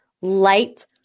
light